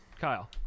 Kyle